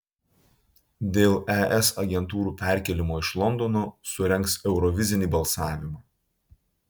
dėl es agentūrų perkėlimo iš londono surengs eurovizinį balsavimą